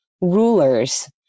rulers